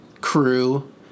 crew